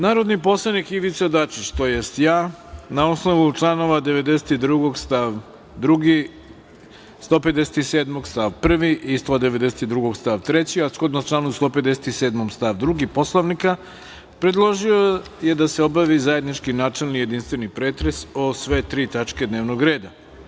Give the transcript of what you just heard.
Narodni poslanik Ivica Dačić, tj. ja, na osnovu članova 92. stav 2, 157. i stav 1. i 192. stav 3, a shodno članu 157. stav 2. Poslovnika, predložio je da se obavi zajednički načelni i jedinstveni pretres o sve tri tačka dnevnog reda.